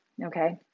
Okay